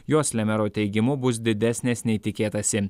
jos le mero teigimu bus didesnės nei tikėtasi